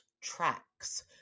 tracks